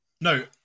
No